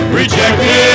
rejected